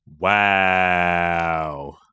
Wow